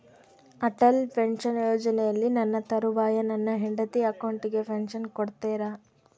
Atal pension ಯೋಜನೆಯಲ್ಲಿ ನನ್ನ ತರುವಾಯ ನನ್ನ ಹೆಂಡತಿ ಅಕೌಂಟಿಗೆ ಪೆನ್ಶನ್ ಕೊಡ್ತೇರಾ?